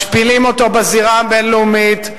משפילים אותו בזירה הבין-לאומית,